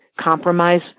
compromise